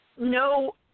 no